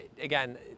again